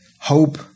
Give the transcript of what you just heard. Hope